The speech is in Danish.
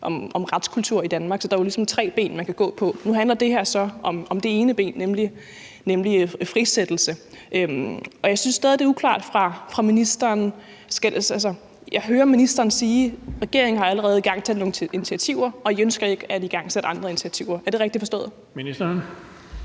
om retskulturen i Danmark. Så der er jo ligesom tre ben, man kan gå på. Nu handler det her så om det ene ben, nemlig en frisættelse, og jeg synes stadig, det er uklart fra ministerens side. Altså, jeg hører ministeren sige, at regeringen allerede har igangsat nogle initiativer, og at I ikke ønsker at igangsætte andre initiativer. Er det rigtigt forstået? Kl.